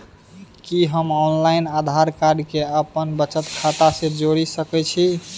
कि हम online Aadhaar card के अपन बचत खाता से जोरि सकै छी?